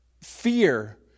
fear